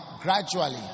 gradually